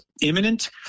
imminent